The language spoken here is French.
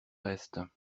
restes